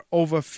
over